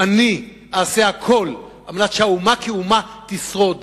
אני אעשה הכול על מנת שהאומה כאומה תשרוד.